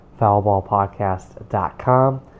foulballpodcast.com